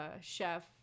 Chef